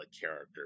character